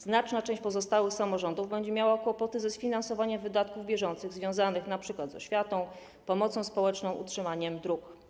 Znaczna część pozostałych samorządów będzie miała kłopoty ze sfinansowaniem wydatków bieżących związanych np. z oświatą, pomocą społeczną, utrzymaniem dróg.